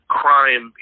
crime